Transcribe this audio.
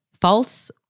false